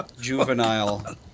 Juvenile